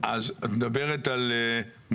אז את מדברת על מודעות.